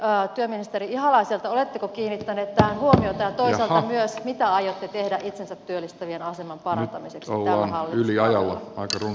kysyisin työministeri ihalaiselta oletteko kiinnittäneet tähän huomiota ja toisaalta myös mitä aiotte tehdä itsensä työllistävien aseman parantamiseksi tällä hallituskaudella